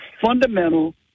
fundamental